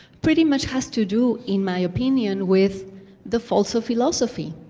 pretty much has to do, in my opinion, with the faults of philosophy,